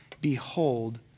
Behold